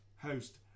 host